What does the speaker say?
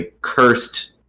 cursed